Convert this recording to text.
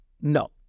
No